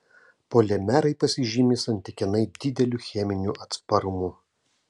polimerai pasižymi santykinai dideliu cheminiu atsparumu